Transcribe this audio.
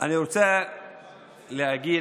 בעצם,